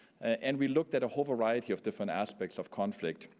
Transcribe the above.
and we looked at a whole variety of different aspects of conflict,